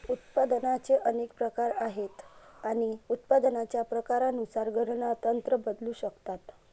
उत्पादनाचे अनेक प्रकार आहेत आणि उत्पादनाच्या प्रकारानुसार गणना तंत्र बदलू शकतात